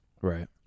Right